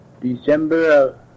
December